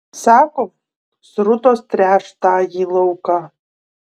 sako srutos tręš tąjį lauką